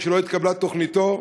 כשלא התקבלה תוכניתו,